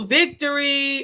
victory